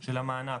היום ה-6.10.2021,